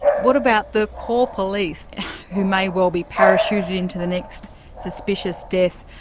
what about the poor police who may well be parachuted into the next suspicious death.